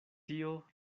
tio